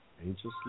anxiously